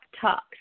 talk